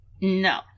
No